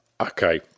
Okay